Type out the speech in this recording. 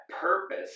purpose